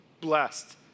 blessed